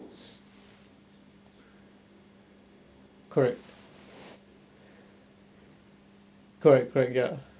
correct correct correct ya